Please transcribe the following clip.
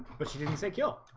but she didn't say kill